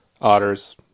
Otters